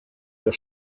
der